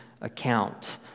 account